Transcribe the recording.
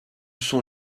sont